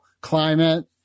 climate